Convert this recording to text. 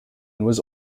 also